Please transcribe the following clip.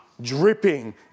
dripping